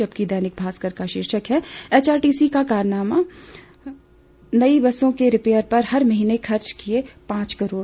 जबकि दैनिक भास्कर का शीर्षक है एचआरटीसी का कारनामा नई बसों की रिपेयर पर हर महीने खर्च दिए पांच करोड़